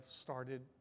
started